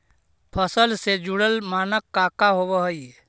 फसल से जुड़ल मानक का का होव हइ?